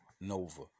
Nova